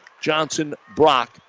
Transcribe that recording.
Johnson-Brock